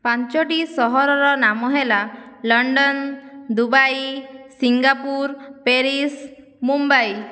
ପାଞ୍ଚୋଟି ସହରର ନାମ ହେଲା London Dubai Singapore Paris Mumbai